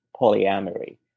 polyamory